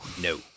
No